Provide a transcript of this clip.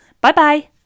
Bye-bye